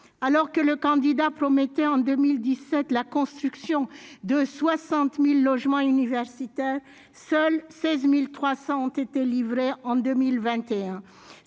Alors que le candidat promettait en 2017 la construction de 60 000 logements universitaires, seuls 16 300 ont été livrés en 2021.